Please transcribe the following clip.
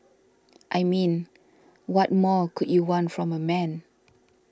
I mean what more could you want from a man